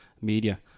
Media